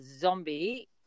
zombie